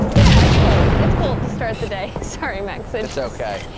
yeah, it's cold it's cold to start the day starting next, and it's ok